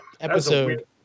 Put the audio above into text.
episode